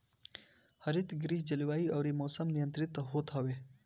हरितगृह जलवायु अउरी मौसम नियंत्रित होत हवे